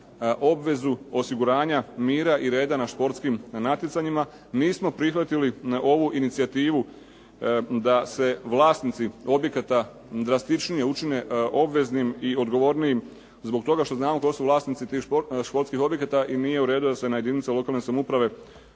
obvezu osiguranja mira i reda na športskim natjecanjima. Nismo prihvatili ovu inicijativu da se vlasnici objekata drastičnije učine obveznim i odgovornijim zbog toga što znamo tko su vlasnici tih športskih objekata i nije u redu da se na jedinice lokalne samouprave